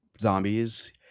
zombies